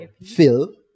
Phil